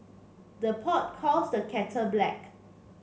the pot calls the kettle black